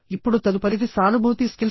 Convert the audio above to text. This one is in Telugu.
ఇప్పుడు తదుపరిది సానుభూతి స్కిల్స్